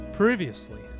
Previously